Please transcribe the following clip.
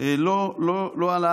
לא עלה